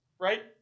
right